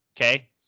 okay